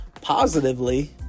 positively